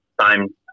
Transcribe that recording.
time